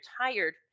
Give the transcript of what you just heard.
tired